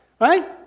right